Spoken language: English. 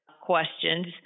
questions